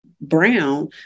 Brown